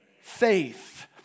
faith